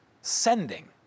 sending